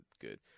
good